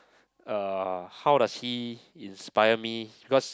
uh how does he inspire me because